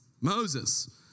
Moses